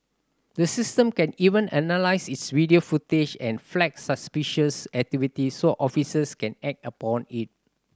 the system can even analyse its video footage and flag suspicious activity so officers can act upon it